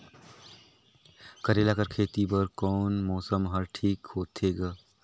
करेला कर खेती बर कोन मौसम हर ठीक होथे ग?